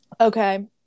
Okay